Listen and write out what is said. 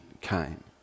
came